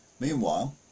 Meanwhile